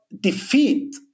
defeat